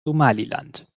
somaliland